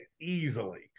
easily